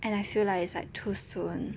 and I feel like it's like too soon